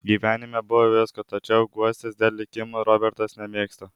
gyvenime buvę visko tačiau guostis dėl likimo robertas nemėgsta